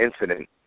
incident